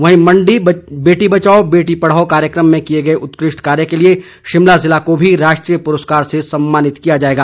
वहीं बेटी बचाओ बेटी पढ़ाओ कार्यक्रम में किए गए उत्कृष्ट कार्यों के लिए शिमला ज़िला को भी राष्ट्रीय पुरस्कार से सम्मानित किया जाएगा